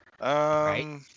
Right